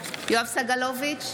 יואב סגלוביץ'